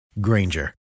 Granger